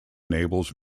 enables